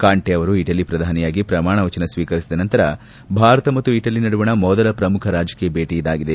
Conte ಅವರು Italy ಪ್ರಧಾನಿಯಾಗಿ ಪ್ರಮಾಣವಚನ ಸ್ವೀಕರಿಸಿದ ನಂತರ ಭಾರತ ಮತ್ತು ಇಟಲಿ ನಡುವಣ ಮೊದಲ ಪ್ರಮುಖ ರಾಜಕೀಯ ಭೇಟಿ ಇದಾಗಿದೆ